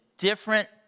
Different